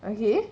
okay